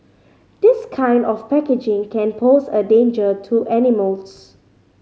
this kind of packaging can pose a danger to animals